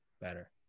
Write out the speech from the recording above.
better